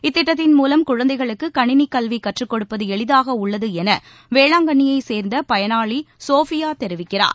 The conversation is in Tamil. இந்த திட்டத்தின் மூலம் குழந்தைகளுக்கு கணினிக் கல்வி கற்றுக் கொடுப்பது எளிதாக உள்ளது என வேளாங்கண்ணியைச் சேர்ந்த பயனாளி சோஃபியா தெரிவிக்கிறார்